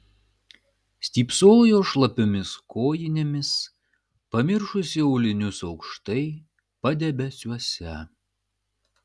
stypsojo šlapiomis kojinėmis pamiršusi aulinius aukštai padebesiuose